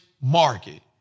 market